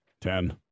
Ten